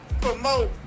promote